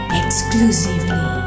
exclusively